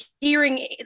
hearing